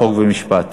חוק ומשפט.